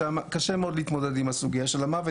שם קשה מאוד להתמודד עם הסוגייה של המוות,